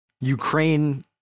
ukraine